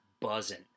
buzzing